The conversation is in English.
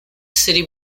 city